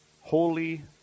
holy